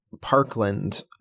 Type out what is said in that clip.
parkland